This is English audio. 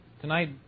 Tonight